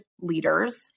leaders